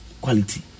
quality